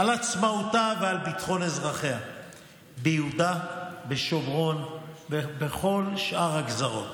על עצמאותה ועל ביטחון אזרחיה ביהודה ושומרון ובכל שאר הגזרות.